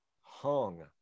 Hung